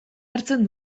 hartzen